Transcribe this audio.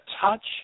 touch